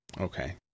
Okay